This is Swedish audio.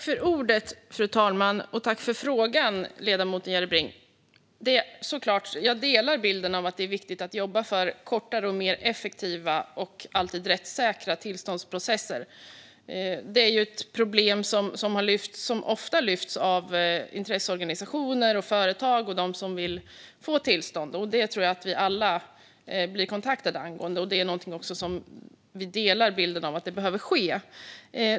Fru talman! Tack för frågan, ledamoten Järrebring! Jag delar såklart bilden att det är viktigt att jobba för kortare, mer effektiva och alltid rättssäkra tillståndsprocesser. Det är ett problem som ofta lyfts av intresseorganisationer, av företag och av dem som vill få tillstånd. Jag tror att vi alla blir kontaktade angående detta och att vi också delar bilden att det behöver ske.